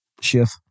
shift